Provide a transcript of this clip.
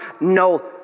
No